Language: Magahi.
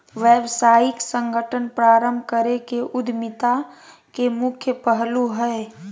व्यावसायिक संगठन प्रारम्भ करे के उद्यमिता के मुख्य पहलू हइ